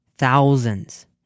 Thousands